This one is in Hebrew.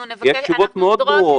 יש תשובות מאוד ברורות,